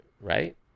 right